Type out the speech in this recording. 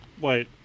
Wait